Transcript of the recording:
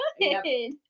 good